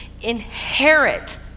inherit